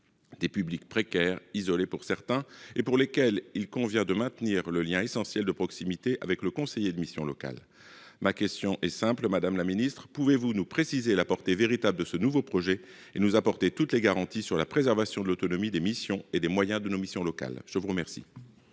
Des publics précaires isolés pour certains et pour lesquels il convient de maintenir le lien essentiel de proximité avec le conseiller de missions locales. Ma question est simple, Madame la Ministre, pouvez-vous nous préciser la portée véritable ce nouveau projet et nous apporter toutes les garanties sur la préservation de l'autonomie des missions et des moyens de nos missions locales. Je vous remercie.